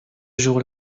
jour